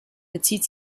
bezieht